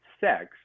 sex